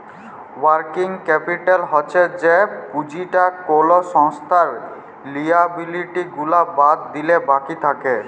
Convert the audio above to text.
working capital হচ্ছ যে পুঁজিটা কোলো সংস্থার লিয়াবিলিটি গুলা বাদ দিলে বাকি থাক্যে